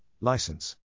license